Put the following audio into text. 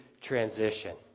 transition